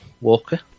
Walker